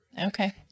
Okay